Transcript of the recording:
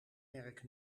merk